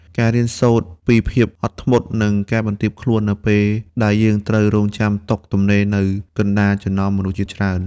យើងរៀនសូត្រពីភាពអត់ធ្មត់ និងការបន្ទាបខ្លួន នៅពេលដែលយើងត្រូវរង់ចាំតុទំនេរនៅកណ្តាលចំណោមមនុស្សជាច្រើន។